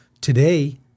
Today